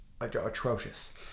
atrocious